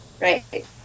Right